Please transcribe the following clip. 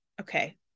Okay